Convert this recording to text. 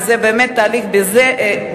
וזה באמת תהליך ביזארי,